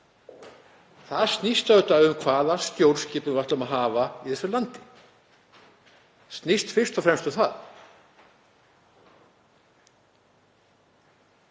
Það snýst auðvitað um hvaða stjórnskipun við ætlum að hafa í þessu landi. Það snýst fyrst og fremst um það.